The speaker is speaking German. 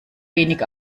wenig